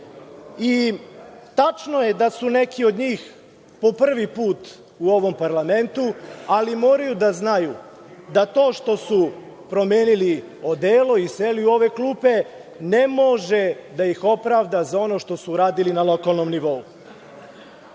Tačno je da su neki od njih po prvi put u ovom parlamentu ali moraju da znaju da to što su promenili odele i seli u ove klupe ne može da ih opravda za ono što su radili na lokalnom